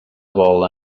vol